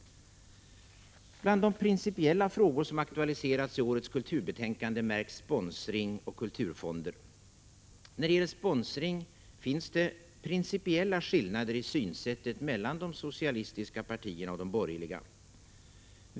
Bland de principiella frågor som aktualiseras i årets kulturbetänkande märks sponsring och kulturfonder. När det gäller sponsring finns det principiella skillnader i synsättet mellan de socialistiska partierna och de borgerliga.